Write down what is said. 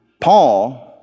Paul